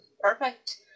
perfect